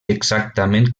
exactament